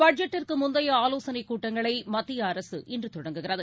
பட்ஜெட்டுக்கு முந்தைய ஆலோசனை கூட்டங்களை மத்திய அரசு இன்று தொடங்குகிறது